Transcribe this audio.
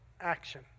action